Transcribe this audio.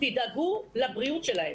תדאגו לבריאות שלהם.